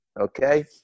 okay